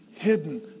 hidden